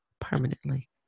permanently